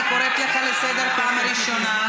אני קוראת אותך לסדר פעם ראשונה.